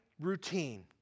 routine